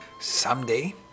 Someday